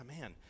man